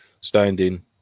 standing